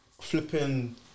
flipping